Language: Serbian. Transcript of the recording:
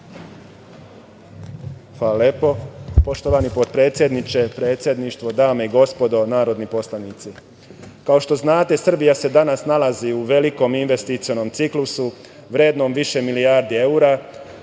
Hvala lepo. Poštovani potpredsedniče, predsedništvo, dame i gospodo narodni poslanici, kao što znate Srbija se danas nalazi u velikom investicionom ciklusu vrednom više milijarde evra,